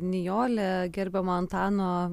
nijolė gerbiama antano